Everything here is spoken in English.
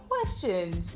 questions